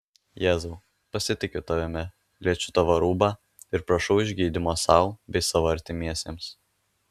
jėzau pasitikiu tavimi liečiu tavo rūbą ir prašau išgydymo sau bei savo artimiesiems